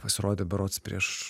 pasirodė berods prieš